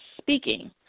speaking